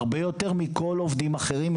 הרבה יותר מכל עובדים אחרים,